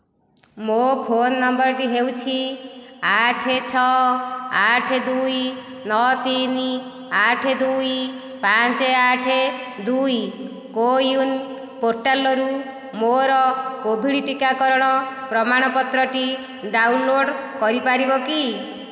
ମୋ ଫୋନ ନମ୍ବରଟି ହେଉଛି ଆଠ ଛଅ ଆଠ ଦୁଇ ନଅ ତିନି ଆଠ ଦୁଇ ପାଞ୍ଚ ଆଠ ଦୁଇ କୋୱିନ୍ ପୋର୍ଟାଲ୍ରୁ ମୋର କୋଭିଡ଼୍ ଟିକାକରଣ ପ୍ରମାଣପତ୍ରଟି ଡାଉନଲୋଡ଼ କରିପାରିବ କି